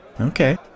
Okay